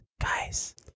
guys